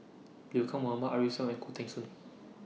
Liu Kang Mohammad Arif Suhaimi and Khoo Teng Soon